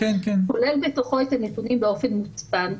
כולל בתוכו את הנתונים באופן מוצפן,